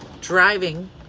driving